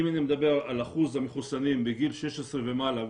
אם אני מדבר על אחוז המחוסנים מגיל 16 ומעלה,